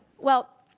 well,